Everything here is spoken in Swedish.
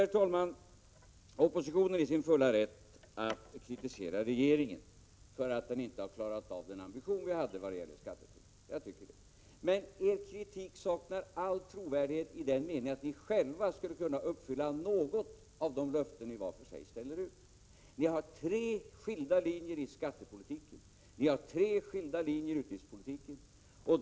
Jag tycker att oppositionen är i sin fulla rätt att kritisera regeringen för att den inte har klarat av att uppnå de mål som den haft när det gäller skattetrycket. Men er kritik saknar all trovärdighet i den meningen att ni själva skulle kunna uppfylla något av de löften ni var för sig ställt ut. Ni har tre skilda linjer i skattepolitiken, tre skilda linjer i utrikespolitiken.